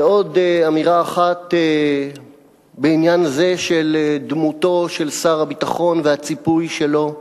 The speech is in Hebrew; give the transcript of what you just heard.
ועוד אמירה אחת בעניין זה של דמותו של שר הביטחון והציפוי שלו.